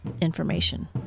information